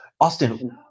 Austin